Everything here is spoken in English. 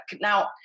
now